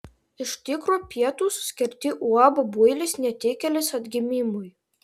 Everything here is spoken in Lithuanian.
iš tikro pietūs skirti uab builis netikėlis atgimimui